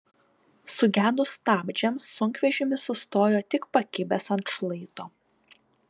sugedus stabdžiams sunkvežimis sustojo tik pakibęs ant šlaito